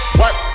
work